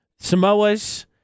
Samoas